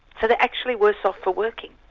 so they're actually worse off for working.